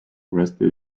rested